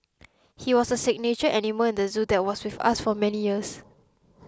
he was a signature animal in the zoo that was with us for many years